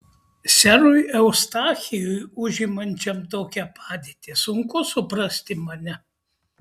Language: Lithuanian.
serui eustachijui užimančiam tokią padėtį sunku suprasti mane